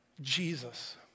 Jesus